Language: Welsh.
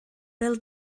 bêl